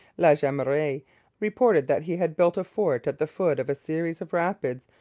la jemeraye reported that he had built a fort at the foot of a series of rapids,